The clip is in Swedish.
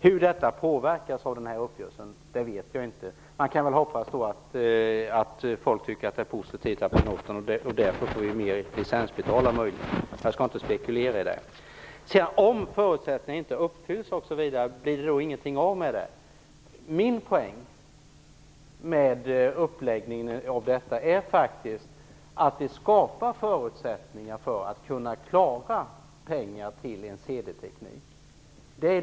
Hur det påverkas av uppgörelsen vet jag inte. Man kan hoppas att människor tycker att det är positivt att vi därmed möjligen får fler licensbetalare. Jag skall inte spekulera i det. Charlotta L Bjälkebring frågade: Om förutsättningarna inte uppfylls, blir det då ingenting av med det? Min poäng med uppläggningen av detta är att vi skapar förutsättningar för att kunna få fram pengar till en CD-teknik.